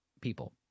people